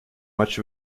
much